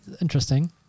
interesting